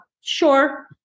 Sure